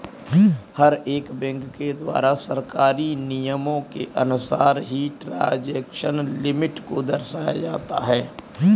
हर एक बैंक के द्वारा सरकारी नियमों के अनुसार ही ट्रांजेक्शन लिमिट को दर्शाया जाता है